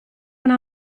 una